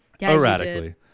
erratically